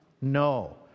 No